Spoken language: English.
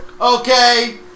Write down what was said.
okay